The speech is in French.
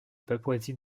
papouasie